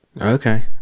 Okay